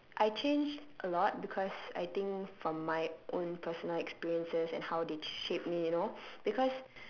I changed a lot because I think from my own personal experiences and how they shape me you know because